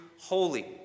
holy